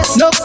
no